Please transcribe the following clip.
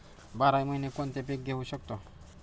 बाराही महिने कोणते पीक घेवू शकतो?